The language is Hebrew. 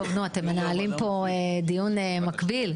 אתם מנהלים פה דיון מקביל.